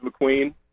McQueen